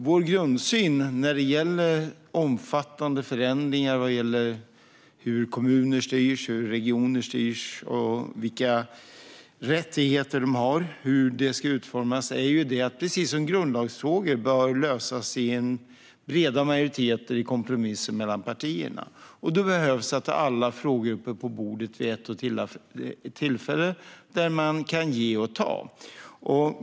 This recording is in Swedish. Vår grundsyn när det gäller omfattande förändringar i hur kommuner och regioner styrs, vilka rättigheter de har och hur de ska utformas är densamma som i grundlagsfrågor, det vill säga att de bör lösas i breda majoriteter i kompromisser mellan partierna. Då behöver alla frågor komma upp på bordet vid ett tillfälle där man kan ge och ta.